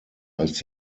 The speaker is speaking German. als